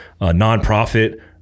nonprofit